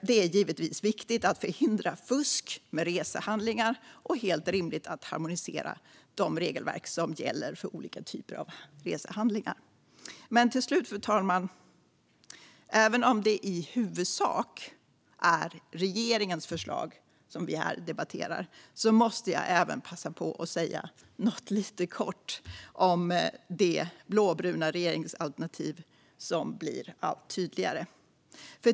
Det är givetvis viktigt att förhindra fusk med resehandlingar och helt rimligt att harmonisera de regelverk som gäller för olika typer av resehandlingar. Fru talman! Till slut - även om det i huvudsak är regeringens förslag som vi debatterar måste jag passa på att säga något kort om det blåbruna regeringsalternativ som blir allt tydligare.